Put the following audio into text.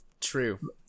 True